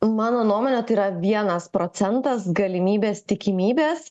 mano nuomone tai yra vienas procentas galimybės tikimybės